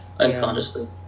unconsciously